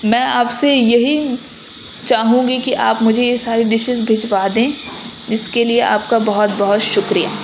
میں آپ سے یہی چاہوں گی کہ آپ مجھے یہ ساری ڈشیز بھیجوا دیں جس کے لیے آپ کا بہت بہت شکریہ